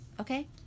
Okay